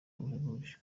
buhebuje